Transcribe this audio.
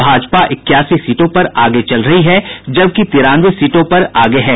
भाजपा इक्यासी सीटों पर आगे चल रही हैं जबकि कांग्रेस तिरानवे सीटों पर आगे हैं